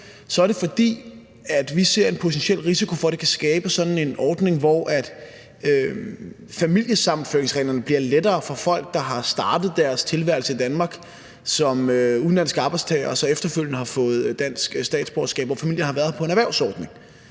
er det, fordi vi ser en potentiel risiko for, at det kan skabe sådan en ordning, hvor familiesammenføringsreglerne bliver lempeligere for folk, der har startet deres tilværelse i Danmark som udenlandske arbejdstagere og så efterfølgende har fået dansk statsborgerskab, altså hvor familien har været her på en erhvervsordning.